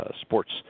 sports